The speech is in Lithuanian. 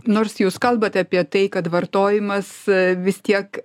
nors jūs kalbat apie tai kad vartojimas vis tiek